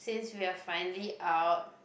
since we are finally out